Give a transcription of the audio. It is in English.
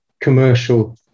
commercial